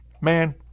man